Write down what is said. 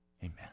Amen